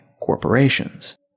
corporations